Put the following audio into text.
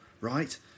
right